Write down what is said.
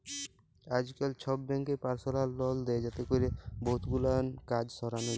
আইজকাল ছব ব্যাংকই পারসলাল লল দেই যাতে ক্যরে বহুত গুলান কাজ সরানো যায়